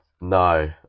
No